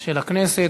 של הכנסת.